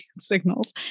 signals